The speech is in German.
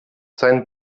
sein